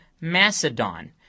Macedon